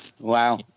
Wow